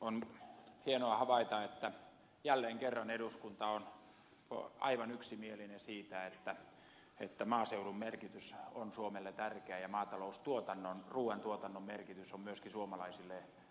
on hienoa havaita että jälleen kerran eduskunta on aivan yksimielinen siitä että maaseutu on suomelle tärkeä ja maataloustuotanto ruuan tuotanto on myöskin suomalaisille äärimmäisen tärkeä